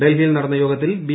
ഡൽഹിയിൽ നടന്ന യോഗത്തിൽ ബി